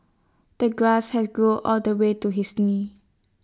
the grass had grown all the way to his knees